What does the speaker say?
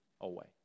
away